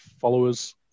followers